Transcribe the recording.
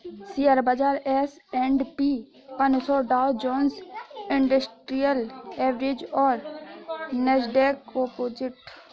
share बाजार S and P पनसो Dow Jones industrial average और नैस्डैक कंपोजिट है